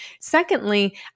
Secondly